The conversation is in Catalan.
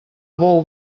bou